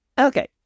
Okay